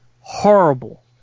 horrible